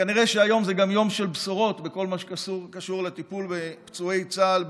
כנראה היום זה גם יום של בשורות בכל מה שקשור לטיפול בפצועי צה"ל,